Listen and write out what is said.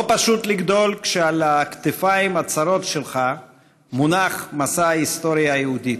לא פשוט לגדול כשעל הכתפיים הצרות שלך מונח משא ההיסטוריה היהודית,